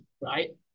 Right